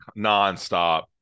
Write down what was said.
nonstop